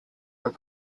were